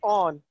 on